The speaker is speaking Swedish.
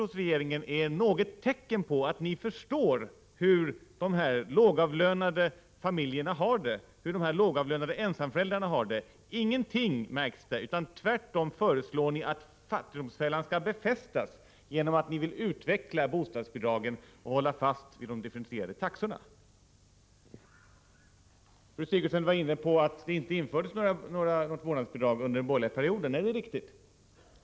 Vi efterlyser något tecken på att regeringen förstår hur de här lågavlönade familjerna och lågavlönade ensamföräldrarna har det. Ingenting av detta märks, utan tvärtom föreslår ni att fattigdomsfällan skall befästas, genom att ni vill utveckla bostadsbidragen och hålla fast vid de differentierade taxorna. Fru Sigurdsen var inne på att det inte infördes något vårdnadsbidrag under den borgerliga perioden, och det är riktigt.